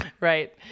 Right